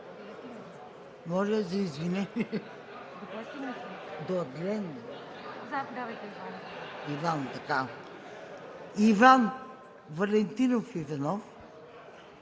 Иван Валентинов Иванов,